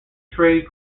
trade